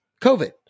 COVID